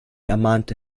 ermahnte